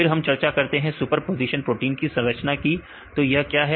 फिर हम चर्चा करते हैं सुपरपोजिशन प्रोटीन संरचना की तो यह क्या है